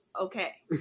okay